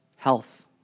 Health